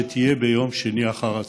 שתהיה ביום שני אחר הצוהריים.